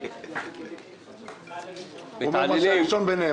המאבטח קיבל משכורת --- העירייה, מימון ביניים.